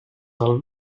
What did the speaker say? del